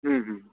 হুম হুম